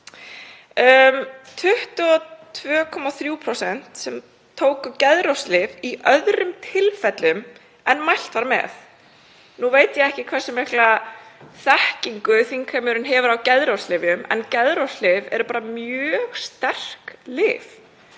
22,3% sem tóku geðrofslyf í öðrum tilfellum en mælt var með. Nú veit ég ekki hversu mikla þekkingu þingheimur hefur á geðrofslyfjum, en það eru mjög sterk lyf